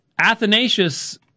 Athanasius